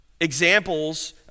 examples